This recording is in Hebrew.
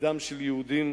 בדם של יהודים,